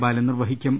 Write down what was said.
ബാലൻ നിർവ്വഹിക്കും